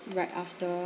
right after